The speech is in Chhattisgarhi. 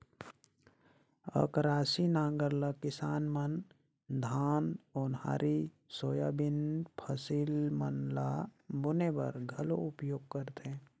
अकरासी नांगर ल किसान मन धान, ओन्हारी, सोयाबीन फसिल मन ल बुने बर घलो उपियोग करथे